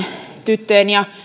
tyttöjen ja